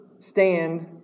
stand